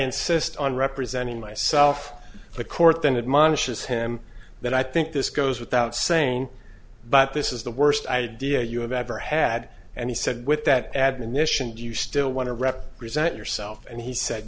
insist on representing myself but court then admonishes him that i think this goes without saying but this is the worst idea you have ever had and he said with that admonition do you still want to represent yourself and he said